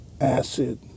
acid